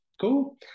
Cool